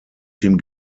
dem